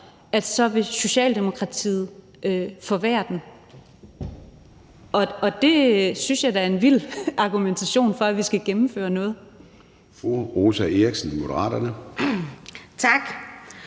op, så vil Socialdemokratiet forværre den. Det synes jeg da er en vild argumentation for, at vi skal gennemføre noget.